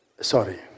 Sorry